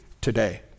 today